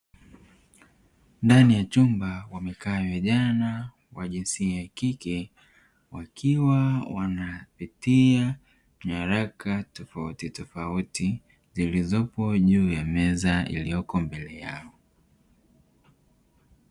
ndani ya chumba wamekaa vijana wa jinsia ya kike wakiwa wanapitia nyaraka tofauti tofauti zilizopo juu ya meza ilioko mbele yao.